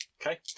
Okay